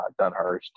Dunhurst